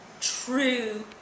true